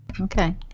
okay